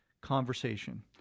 conversation